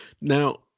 Now